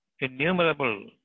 innumerable